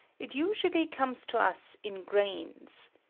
it usually comes to us in grains.